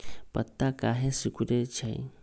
पत्ता काहे सिकुड़े छई?